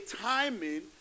timing